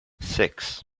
six